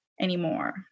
anymore